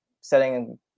setting